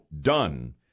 done